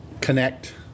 Connect